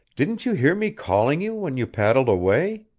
didn't you hear me calling you when you paddled away?